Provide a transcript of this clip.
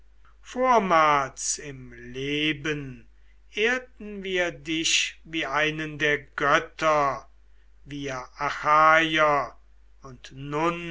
vormals im leben ehrten wir dich wie einen der götter wir achaier und